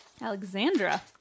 Alexandra